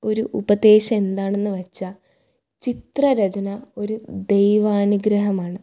ഒരു ഉപദേശം എന്താണെന്ന് വെച്ചാൽ ചിത്രരചന ഒരു ദൈവാനുഗ്രഹമാണ്